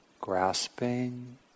grasping